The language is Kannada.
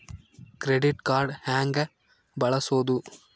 ಕ್ರೆಡಿಟ್ ಕಾರ್ಡ್ ಹೆಂಗ ಬಳಸೋದು?